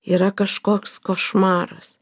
yra kažkoks košmaras